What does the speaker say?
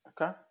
Okay